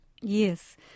Yes